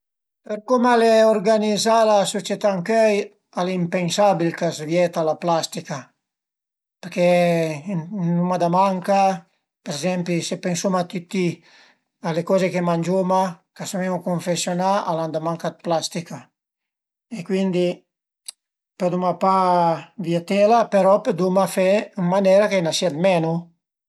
Për cume al e urganizà la sucietà ëncöi al e impensabil ch'a së vieta la plastica perché n'uma da manca për ezempi se pensuma a tüti a le coze che mangiuma ch'a ven-u cunfesiunà al an da manca dë plastica e cuindi pëduma pa vietela, però pëduma fe ën maniera ch'a i n'a sia menu